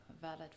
valid